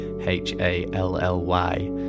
H-A-L-L-Y